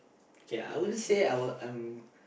K I won't say I were I'm